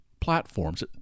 platforms